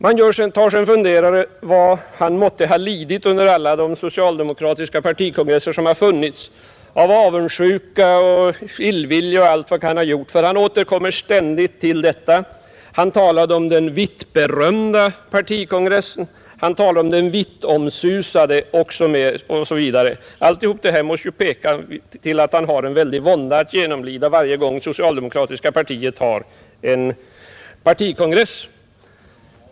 Jag tänker på vad han måtte ha lidit under alla de socialdemokratiska partikongresser som har hållits, av avundsjuka och illvilja mot allt vad man har gjort, eftersom han ständigt återkommer till detta. Han talade om den ”vittberömda” partikongressen, han talade om den ”vittomsusade” kongressen osv. Allt detta pekar väl på att han genomlider en oerhörd vånda varje gång det socialdemokratiska partiet har partikongress.